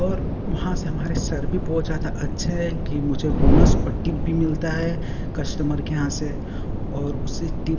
और वहाँ से हमारे सर भी बहुत ज़्यादा अच्छे हैं कि मुझे बोनस और टिप भी मिलता है कस्टमर के यहाँ से और उसी टिप